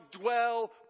dwell